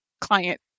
client